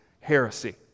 heresy